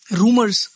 rumors